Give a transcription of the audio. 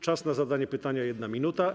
Czas na zadanie pytania - 1 minuta.